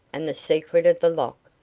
and the secret of the lock,